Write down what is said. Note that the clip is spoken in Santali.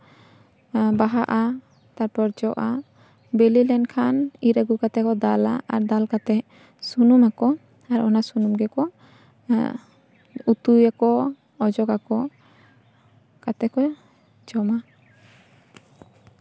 ᱟᱨ ᱵᱟᱦᱟᱜᱼᱟ ᱛᱟᱯᱚᱨ ᱡᱚᱜᱼᱟ ᱵᱮᱞᱮ ᱞᱮᱱᱠᱷᱟᱱ ᱤᱨ ᱟᱜᱩ ᱠᱟᱛᱮ ᱠᱚ ᱫᱟᱞᱟ ᱟᱨ ᱫᱟᱞ ᱠᱟᱛᱮ ᱥᱩᱱᱩᱢᱟᱠᱚ ᱟᱨ ᱚᱱᱟ ᱥᱩᱱᱩᱢ ᱜᱮᱠᱚ ᱩᱛᱩᱭᱟᱠᱚ ᱚᱡᱚᱜᱟᱠᱚ ᱠᱟᱛᱮ ᱠᱚ ᱡᱚᱢᱟ